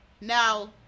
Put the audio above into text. now